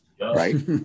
Right